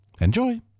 Enjoy